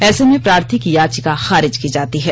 ऐसे में प्रार्थी की याचिका खारिज की जाती है